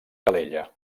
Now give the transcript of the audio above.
calella